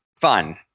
fun